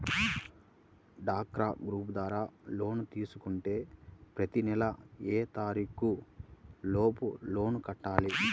డ్వాక్రా గ్రూప్ ద్వారా లోన్ తీసుకుంటే ప్రతి నెల ఏ తారీకు లోపు లోన్ కట్టాలి?